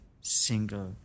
single